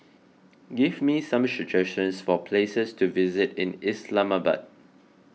give me some suggestions for places to visit in Islamabad